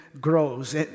grows